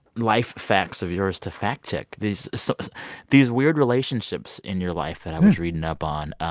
life facts of yours to fact-check these sort of these weird relationships in your life that i was reading up on.